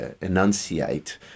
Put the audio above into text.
enunciate